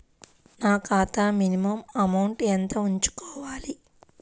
నా ఖాతా minimum amount ఎంత ఉంచుకోవాలి?